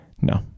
No